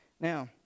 Now